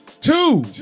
Two